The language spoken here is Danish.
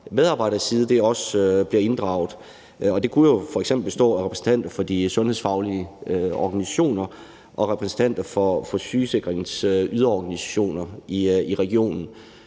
medarbejdernes side, også bliver inddraget. Det kunne jo f.eks. bestå af repræsentanter for de sundhedsfaglige organisationer og repræsentanter for sygesikringens yderorganisationer i regionen.